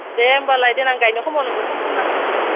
दे होमब्लालाय देनां गायनाय समाव नोंखौ फन खालामना थांसिगोन